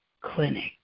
clinic